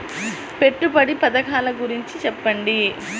పెట్టుబడి పథకాల గురించి చెప్పండి?